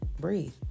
breathe